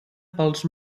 pels